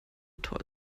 toll